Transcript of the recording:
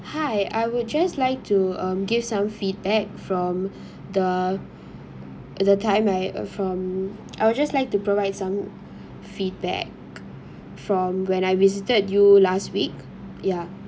hi I would just like to um give some feedback from the the time I uh from I would just like to provide some feedback from when I visited you last week ya